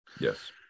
yes